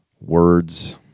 words